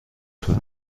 بهتون